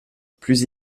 plus